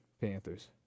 Panthers